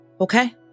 Okay